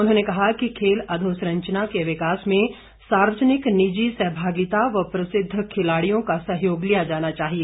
उन्होंने कहा कि खेल अधोसंरचना के विकास में सार्वजनिक निजी सहभागिता व प्रसिद्ध खिलाड़ियों का सहयोग लिया जाना चाहिए